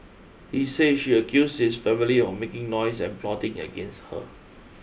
he say she accused his family of making noise and plotting against her